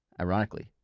Ironically